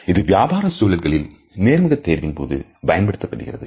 இது வியாபார சூழல்களில் நேர்முக தேர்வின்போது பயன்படுத்தப்படுகிறது